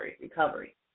recovery